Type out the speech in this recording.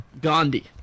Gandhi